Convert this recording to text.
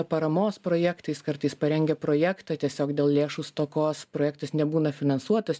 paramos projektais kartais parengia projektą tiesiog dėl lėšų stokos projektas nebūna finansuotas